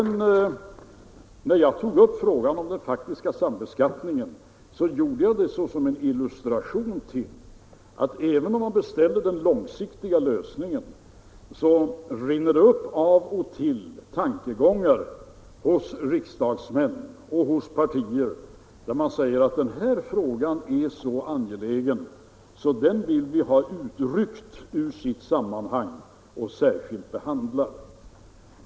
När jag sedan tog upp frågan om den faktiska sambeskattningen gjorde jag detta såsom en illustration till att det — även om man beställer en långsiktig lösning av skattepolitiken — hos riksdagsmän och inom partier rinner upp tankegångar om att en viss fråga är så angelägen att man vill ha den utryckt ur sitt sammanhang och särskilt behandlad.